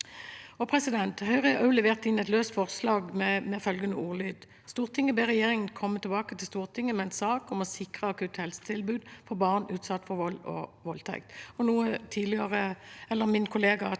involverte. Høyre har også levert inn et løst forslag med følgende ordlyd: «Stortinget ber regjeringen komme tilbake til Stortinget med en sak om å sikre akutt helsetilbud for barn utsatt for voldtekt.»